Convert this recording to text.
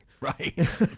Right